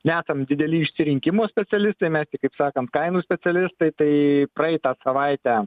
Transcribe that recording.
nesam dideli išsirinkimo specialitai mes kitaip sakant kainų specialistai tai praeitą savaitę